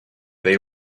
they